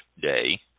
Day